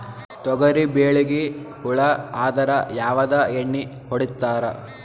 ತೊಗರಿಬೇಳಿಗಿ ಹುಳ ಆದರ ಯಾವದ ಎಣ್ಣಿ ಹೊಡಿತ್ತಾರ?